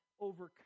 overcome